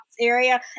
area